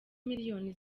miliyoni